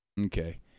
Okay